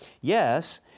yes